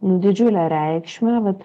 didžiulę reikšmę vat